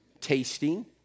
tasting